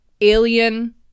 alien